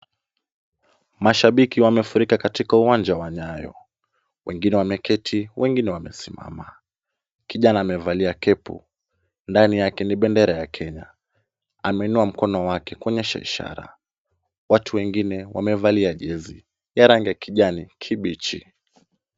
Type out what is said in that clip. Mashabiki wamefurika katika uwanja wa Nyayo. Wengine wameketi, wengine wamesimama. Kijana amevalia kepu, ndani yake ni bendera ya Kenya. Ameinua mkono wake kuonyesha ishara. Watu wengine wamevalia jezi ya rangi ya kijani kibichi.